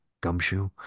gumshoe